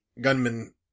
gunman